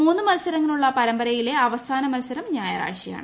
മൂന്ന് മത്സരങ്ങളുള്ള പരമ്പരയിലെ അവസാന മത്സരം ഞായറാഴ്ചയാണ്